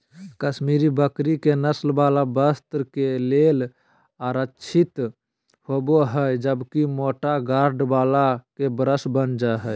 कश्मीरी बकरी के नरम वाल वस्त्र के लेल आरक्षित होव हई, जबकि मोटा गार्ड वाल के ब्रश बन हय